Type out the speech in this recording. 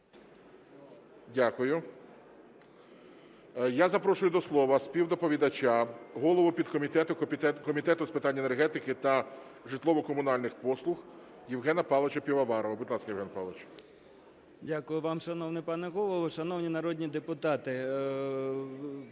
Дякую. Я запрошую до слова співдоповідача, голову підкомітету Комітету з питань енергетики та житлово-комунальних послуг Євгена Павловича Пивоварова. Будь ласка, Євген Павлович. 14:19:46 ПИВОВАРОВ Є.П. Дякую вам, шановний пане Голово. Шановні народні депутати,